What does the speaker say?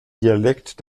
dialekt